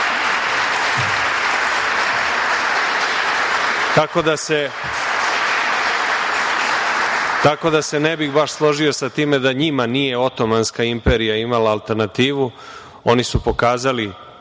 da se ne bih baš složio sa time da njima nije Otomanska imperija imala alternativu. Oni su pokazali